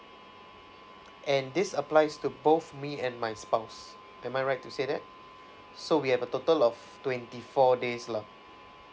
and this applies to both me and my spouse am I right to say that so we have a total of twenty four days lah